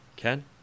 Ken